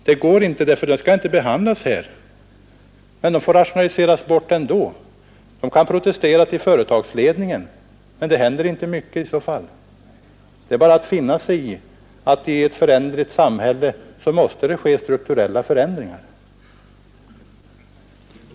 Det går inte, för deras sak skall inte behandlas här. De rationaliseras bort ändå. De kan protestera hos företagsledningen men det händer inte mycket i så fall. De har bara att finna sig i att i ett föränderligt samhälle måste det ske strukturella förändringar.